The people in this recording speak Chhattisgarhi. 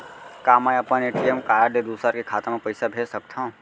का मैं अपन ए.टी.एम कारड ले दूसर के खाता म पइसा भेज सकथव?